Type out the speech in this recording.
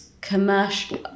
commercial